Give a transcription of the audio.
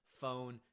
phone